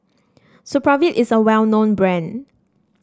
Supravit is a well known brand